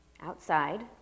Outside